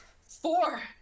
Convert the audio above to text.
four